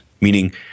meaning